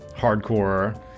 hardcore